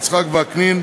יצחק וקנין,